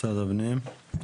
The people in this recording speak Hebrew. משרד הפנים?